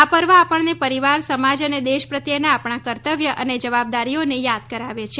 આ પર્વ આપણાને પરિવાર સમાજ અને દેશ પ્રત્યેના આપણા કર્તવ્ય અને જવાબદારીઓને યાદ કરાવે છે